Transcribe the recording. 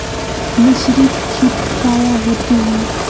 मिसरीत खित काया होती है?